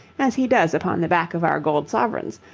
as he does upon the back of our gold sovereigns,